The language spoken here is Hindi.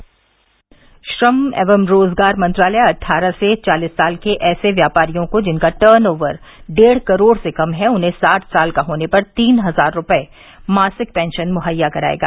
मासिक पेंशन श्रम एवं रोज़गार मंत्रालय अट्ठारह से चालीस साल के ऐसे व्यापारियों को जिनका टर्न ओवर डेढ़ करोड़ से कम है उन्हें साठ साल का होने पर तीन हज़ार रूपये मासिक पेंशन मुहैया करायेगा